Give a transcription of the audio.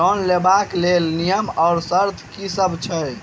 Loan लेबऽ कऽ लेल नियम आ शर्त की सब छई?